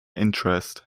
interest